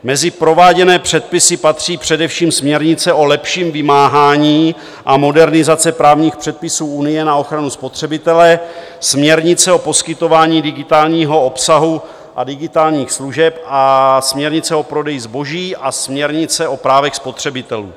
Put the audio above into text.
Mezi prováděné předpisy patří především směrnice o lepším vymáhání a modernizaci právních předpisů Unie na ochranu spotřebitele, směrnice o poskytování digitálního obsahu a digitálních služeb, směrnice o prodeji zboží a směrnice o právech spotřebitelů.